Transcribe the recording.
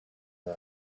man